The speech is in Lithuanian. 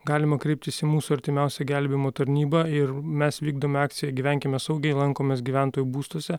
galima kreiptis į mūsų artimiausią gelbėjimo tarnybą ir mes vykdom akciją gyvenkime saugiai lankomės gyventojų būstuose